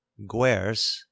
Guers